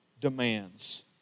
demands